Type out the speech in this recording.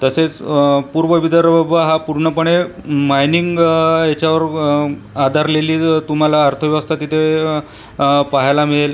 तसेच पूर्व विदर्भ हा पूर्णपणे मायनिंग ह्याच्यावर आधारलेली तुम्हाला अर्थव्यवस्था तिथे पाहायला मिळेल